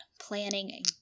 planning